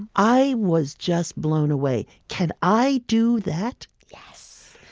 i was just blown away. can i do that? yes,